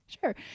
Sure